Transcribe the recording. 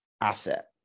asset